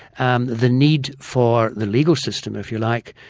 um the need for the legal system if you like,